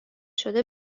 شده